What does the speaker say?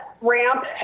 ramp